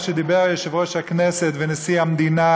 שדיברו יושב-ראש הכנסת ונשיא המדינה,